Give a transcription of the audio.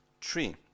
three